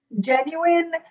genuine